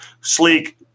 sleek